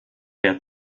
der